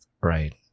Right